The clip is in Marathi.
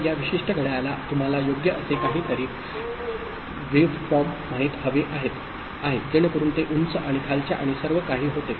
तर या विशिष्ट घड्याळाला तुम्हाला योग्य असे काहीतरी वेव्हफॉर्म माहित हवे आहे जेणेकरून ते उंच आणि खालच्या आणि सर्व काही होते